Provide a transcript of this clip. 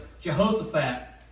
Jehoshaphat